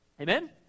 Amen